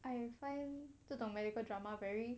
I am fine 这种 medical drama very